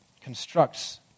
constructs